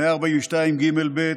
142ג(ב),